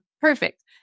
perfect